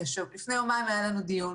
כי לפני יומיים היה לנו דיון